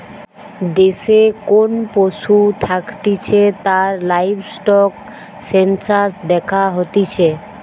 দেশে কোন পশু থাকতিছে তার লাইভস্টক সেনসাস দ্যাখা হতিছে